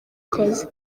kazi